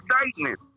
excitement